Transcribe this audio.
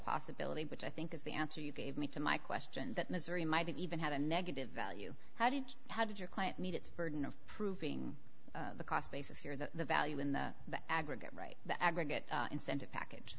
possibility which i think is the answer you gave me to my question that missouri might even have a negative value how did how did your client meet its burden of proving the cost basis here that the value in the aggregate right the aggregate incentive package